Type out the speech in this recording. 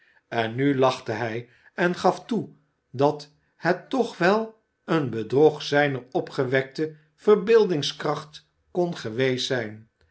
en nu lachte hij en gaf toe dat het toch wel een bedrog zijner opgewekte verbeeldingskracht kon geweest zijn